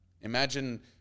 Imagine